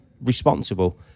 responsible